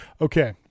okay